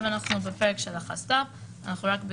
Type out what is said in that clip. אנחנו חשבנו